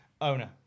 Owner